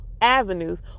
avenues